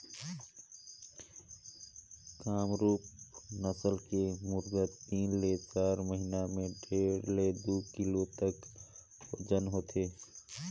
कामरूप नसल के मुरगा तीन ले चार महिना में डेढ़ ले दू किलो तक ओजन होथे